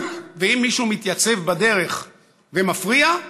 ואם מישהו מתייצב בדרך ומפריע,